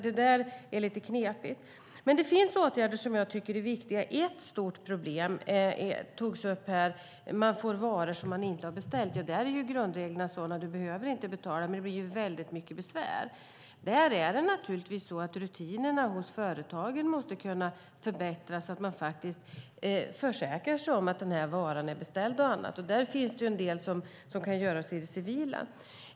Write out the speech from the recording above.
Det där är lite knepigt. Det finns dock åtgärder som jag tycker är viktiga. Ett stort problem togs upp här, nämligen att man får varor som man inte har beställt. Grundregeln är att man inte behöver betala, men det blir väldigt mycket besvär. Där måste rutinerna hos företagen kunna förbättras, så att man faktiskt försäkrar sig om att varan verkligen är beställd. Där finns det en del som kan göras i det civila.